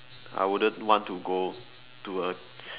I wouldn't want to go to a